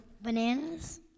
Bananas